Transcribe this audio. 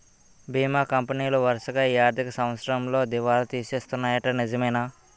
బీమా కంపెనీలు వరసగా ఈ ఆర్థిక సంవత్సరంలో దివాల తీసేస్తన్నాయ్యట నిజమేనా